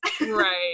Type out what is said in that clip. Right